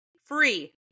free